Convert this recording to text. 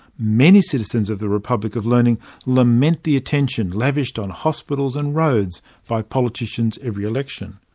many citizens of the republic of learning lament the attention lavished on hospitals and roads by politicians every election.